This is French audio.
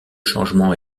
changement